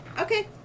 Okay